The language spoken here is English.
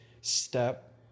step